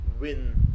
win